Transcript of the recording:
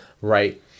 Right